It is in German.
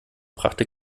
brachte